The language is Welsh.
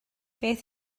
beth